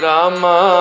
Rama